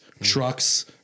trucks